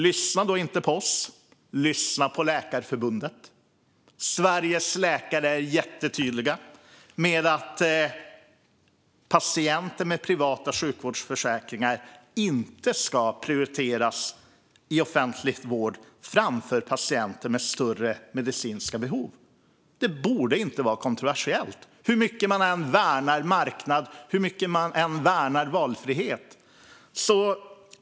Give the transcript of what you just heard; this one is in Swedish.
Lyssna då inte på oss! Lyssna på Läkarförbundet! Sveriges läkare är jättetydliga med att patienter med privata sjukvårdsförsäkringar inte ska prioriteras i offentlig vård framför patienter med större medicinska behov. Det borde inte vara kontroversiellt, hur mycket man än värnar marknad och valfrihet.